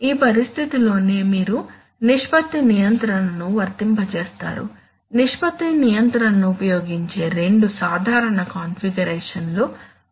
ఈ పరిస్థితిలోనే మీరు నిష్పత్తి నియంత్రణను వర్తింపజేస్తారు నిష్పత్తి నియంత్రణను ఉపయోగించే రెండు సాధారణ కన్ఫిగరేషన్ ఉన్నాయి